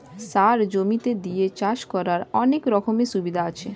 সার জমিতে দিয়ে চাষ করার অনেক রকমের সুবিধা আছে